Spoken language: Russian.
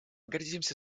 гордимся